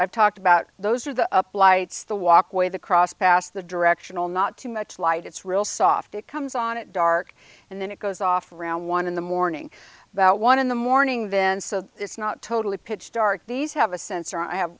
i've talked about those are the up lights the walkway the cross past the directional not too much light it's real soft it comes on at dark and then it goes off around one in the morning about one in the morning then so it's not totally pitch dark these have a sensor i have